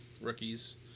rookies